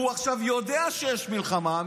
הוא עכשיו יודע שיש מלחמה,